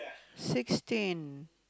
sixteen